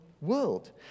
world